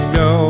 go